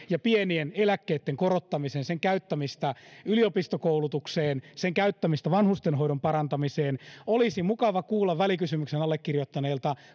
ja pienien eläkkeitten korottamiseen sen käyttämistä yliopistokoulutukseen sen käyttämistä vanhustenhoidon parantamiseen olisi mukava kuulla välikysymyksen allekirjoittaneilta